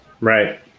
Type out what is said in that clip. Right